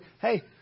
hey